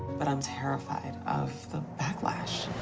but i'm terrified of the backlash.